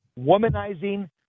womanizing